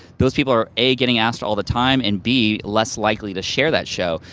those people are a. getting asked all the time and b. less likely to share that show.